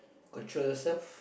control yourself